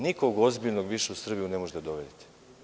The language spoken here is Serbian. Nikog ozbiljnog više u Srbiju ne možete da dovedete.